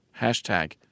hashtag